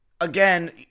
again